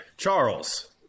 Charles